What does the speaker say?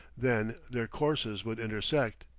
then their courses would intersect.